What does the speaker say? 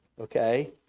okay